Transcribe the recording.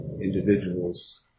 individuals